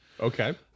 Okay